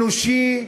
אנושי,